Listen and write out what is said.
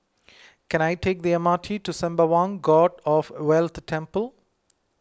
can I take the M R T to Sembawang God of Wealth Temple